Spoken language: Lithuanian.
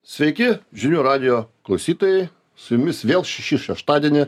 sveiki žinių radijo klausytojai su jumis vėl šį šeštadienį